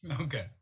Okay